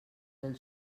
del